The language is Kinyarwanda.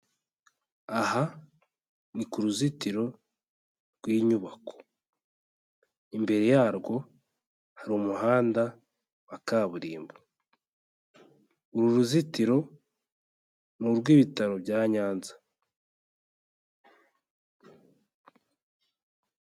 Aha ni ku ruzitiro rw inyubako. Imbere yarwo hari umuhanda wa kaburimbo. Uru ruzitiro ni urw'ibitaro bya Nyanza.